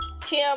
Kim